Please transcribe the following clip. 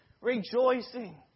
Rejoicing